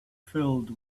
filled